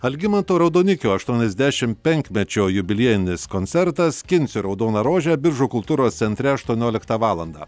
algimanto raudonikio aštuoniasdešim penkmečio jubiliejinis koncertas skinsiu raudoną rožę biržų kultūros centre aštuonioliktą valandą